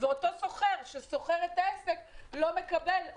ואותו סוחר ששוכר את העסק לא מקבל,